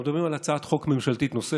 אנחנו מדברים על הצעת חוק ממשלתית נוספת,